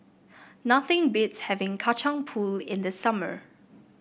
nothing beats having Kacang Pool in the summer